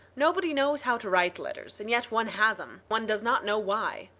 nobody knows how to write letters and yet one has em, one does not know why.